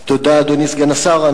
תודה, אדוני סגן השר.